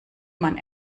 man